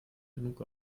genug